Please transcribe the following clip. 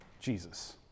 Jesus